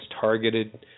targeted